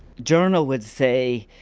journal would say,